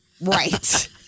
Right